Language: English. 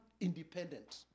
independent